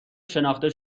شناخته